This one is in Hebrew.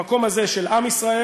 המקום הזה של עם ישראל,